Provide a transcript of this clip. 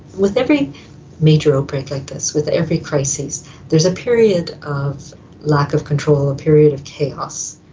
with every major outbreak like this, with every crises there is a period of lack of control, a period of chaos.